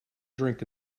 drink